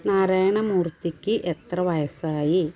നാരായണ മൂർത്തിക്ക് എത്ര വയസ്സായി